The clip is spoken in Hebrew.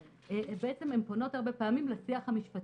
הן פונות הרבה פעמים לשיח המשפטי.